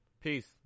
Peace